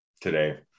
today